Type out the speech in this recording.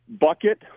bucket